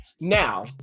Now